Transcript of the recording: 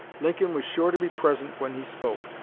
lincoln was sure to be present when he spoke.